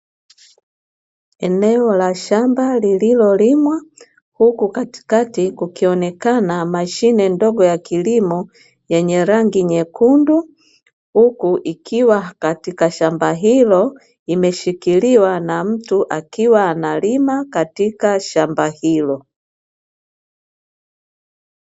Eneo la shamba lililolimwa huku katikati kukionekana mashine ndogo ya kilimo yenye rangi nyekundu, huku ikiwa katika shamba hilo limeshikiliwa na mtu akiwa analima katika shamba hilo.